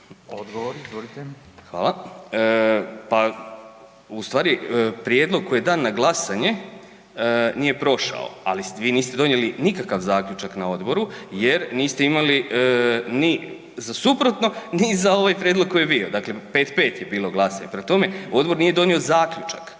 Miro (HDZ)** Hvala. Pa ustvari prijedlog koji je dan na glasanje nije prošao ali vi niste donijeli nikakav zaključak na odboru jer niste imali ni za suprotno ni za ovaj prijedlog koji je bio, dakle 5-5 je bilo glasova, prema tome odbor nije donio zaključak,